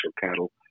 cattle